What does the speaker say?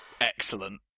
excellent